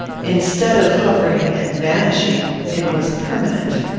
instead of hovering and vanishing, it was permanent.